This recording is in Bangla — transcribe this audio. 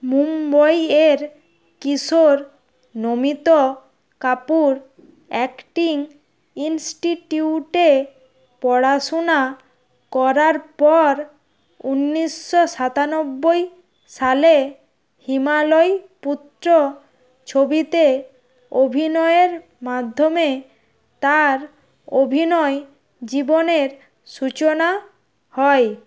মুম্বইয়ের কিশোর নমিত কাপুর অ্যাক্টিং ইন্সটিটিউটে পড়াশুনা করার পর উনিশশো সাতানব্বই সালে হিমালয় পুত্র ছবিতে অভিনয়ের মাধ্যমে তার অভিনয় জীবনের সূচনা হয়